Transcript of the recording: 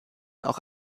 auch